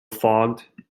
fogged